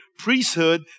priesthood